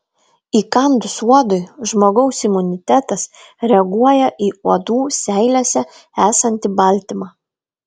įkandus uodui žmogaus imunitetas reaguoja į uodų seilėse esantį baltymą